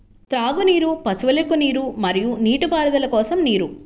త్రాగునీరు, పశువులకు నీరు మరియు నీటిపారుదల కోసం నీరు